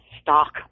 stock